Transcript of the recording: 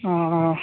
आ हँ